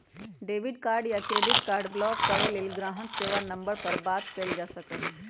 debit card या credit card block करे ला ग्राहक सेवा नंबर पर बात कइल जा सका हई